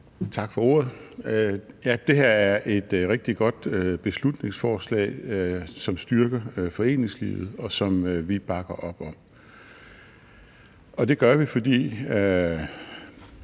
Tak for ordet. Det her er et rigtig godt beslutningsforslag, som styrker foreningslivet, og som vi bakker op om. Og det gør vi, fordi